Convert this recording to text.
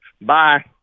Bye